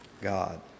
God